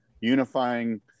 unifying